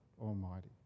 Almighty